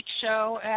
show